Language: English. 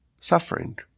suffering